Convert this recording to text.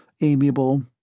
amiable